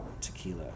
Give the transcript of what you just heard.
tequila